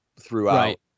throughout